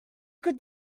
could